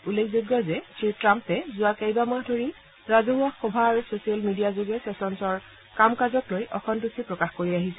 উল্লেখযোগ্য যে শ্ৰী ট্ৰাম্পে যোৱা কেইবামাহ ধৰি ৰাজহুৱা সভা আৰু ছ'চিয়েল মিডিয়া যোগে ছেছ'নছৰ কাম কাজক লৈ অসন্তুষ্টি প্ৰকাশ কৰি আহিছিল